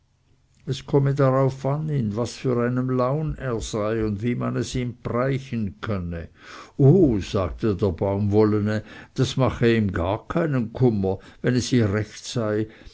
es komme darauf an in was für einem laun er sei und wie man es ihm breichen könne oh sagte der baumwollene das mache ihm gar keinen kummer wenn es ihr recht sei